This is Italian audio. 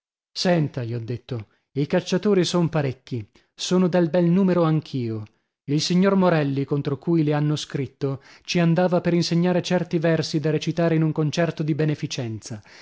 senta gli ho detto i cacciatori son parecchi sono del bel numero anch'io il signor morelli contro cui le hanno scritto ci andava per insegnare certi versi da recitare in un concerto di beneficenza